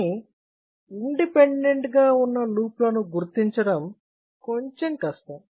కానీ ఇండిపెండెంట్ గా వున్న లూప్ లను గుర్తించడం కొంచెం కష్టం